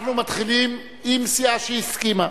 אנחנו מתחילים עם סיעה שהסכימה.